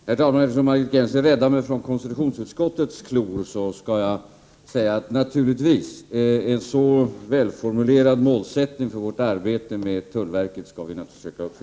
Herr talman! Eftersom Margit Gennser räddar mig från konstitutionsutskottets klor skall jag svara: Naturligtvis. En så välformulerad målsättning för vårt arbete med tullverket skall vi naturligtvis försöka uppnå.